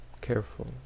Careful